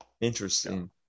Interesting